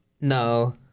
No